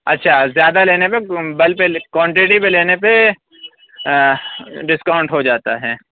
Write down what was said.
اچھا زیادہ لینے پہ بل پہ کوانٹٹی پہ لینے پہ ڈسکاؤنٹ ہو جاتا ہے